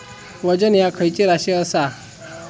वजन ह्या खैची राशी असा?